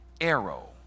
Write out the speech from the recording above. arrow